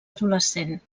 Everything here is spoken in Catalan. adolescent